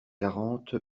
quarante